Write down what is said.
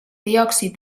diòxid